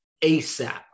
ASAP